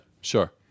sure